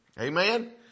Amen